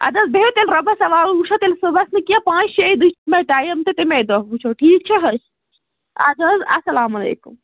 اَد حظ بِہِو تیٚلہِ رۄبَس سوال وٕچھو تیٚلہِ صُبحس نہٕ کیٚنٛہہ پانٛژھِ شے دُے چھِ مےٚ ٹایِم تہٕ تمے دۄہ وٕچھو ٹھیٖک چھِ حظ آد حظ اسلام علیکُم